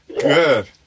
Good